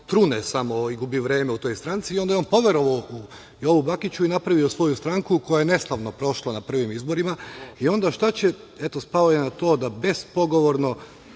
trune samo i gubi vreme u toj stranci i onda je on poverovao Jovu Bakiću i napravio svoju stranku koja je neslavno prošla na prvim izborima i onda šta će – eto spao je na to da bespogovorno